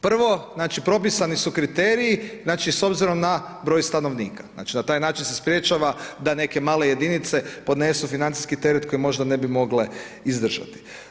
Prvo, znači, propisani su kriteriji, znači s obzirom na broj stanovnika, znači, na taj način se sprječava da neke male jedinice podnesu financijski teret koji možda ne bi mogle izdržati.